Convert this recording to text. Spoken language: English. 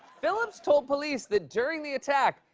phillips told police that, during the attack,